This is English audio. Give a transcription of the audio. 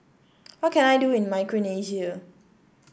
what can I do in Micronesia